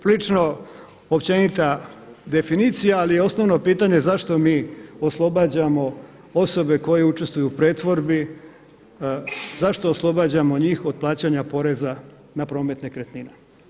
Prilično općenita definicija ali je osnovno pitanje zašto mi oslobađamo osobe koje učestvuju u pretvorbi, zašto oslobađamo njih od plaćanja poreza na premet nekretnina?